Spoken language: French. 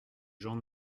jean